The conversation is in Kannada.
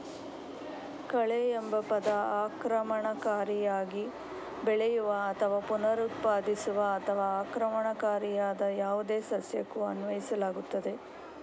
ಕಳೆಎಂಬ ಪದ ಆಕ್ರಮಣಕಾರಿಯಾಗಿ ಬೆಳೆಯುವ ಅಥವಾ ಪುನರುತ್ಪಾದಿಸುವ ಅಥವಾ ಆಕ್ರಮಣಕಾರಿಯಾದ ಯಾವುದೇ ಸಸ್ಯಕ್ಕೂ ಅನ್ವಯಿಸಲಾಗುತ್ತದೆ